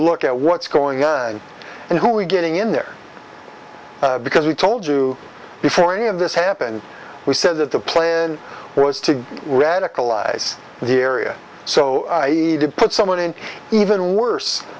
look at what's going on and who are getting in there because we told you before any of this happened we said that the plan was to radicalize the area so to put someone in even worse